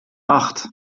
acht